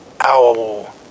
Ow